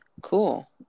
Cool